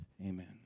amen